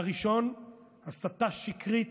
הראשון, הסתה שקרית,